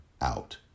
out